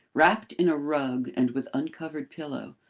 wrapped in a rug and with uncovered pillow.